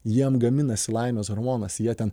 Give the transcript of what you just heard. jiem gaminasi laimės hormonas jie ten